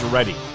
Ready